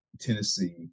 tennessee